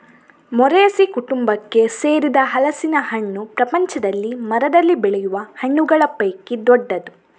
Moraceae ಕುಟುಂಬಕ್ಕೆ ಸೇರಿದ ಹಲಸಿನ ಹಣ್ಣು ಪ್ರಪಂಚದಲ್ಲಿ ಮರದಲ್ಲಿ ಬೆಳೆಯುವ ಹಣ್ಣುಗಳ ಪೈಕಿ ದೊಡ್ಡದು